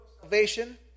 salvation